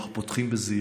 אנחנו פותחים בזהירות,